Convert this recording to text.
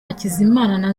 hakizimana